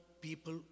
people